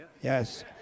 Yes